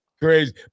crazy